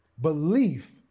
belief